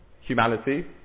humanity